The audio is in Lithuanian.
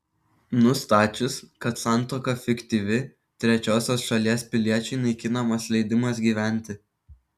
nustačius kad santuoka fiktyvi trečiosios šalies piliečiui naikinamas leidimas gyventi